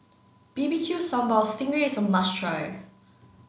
B B Q sambal sting ray is a must try